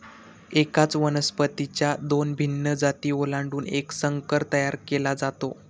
एकाच वनस्पतीच्या दोन भिन्न जाती ओलांडून एक संकर तयार केला जातो